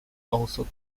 also